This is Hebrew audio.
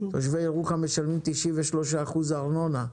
תושבי ירוחם משלמים 93% ארנונה.